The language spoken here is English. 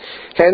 Hence